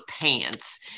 pants